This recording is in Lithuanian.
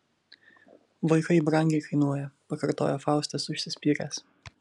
vaikai brangiai kainuoja pakartoja faustas užsispyręs